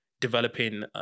developing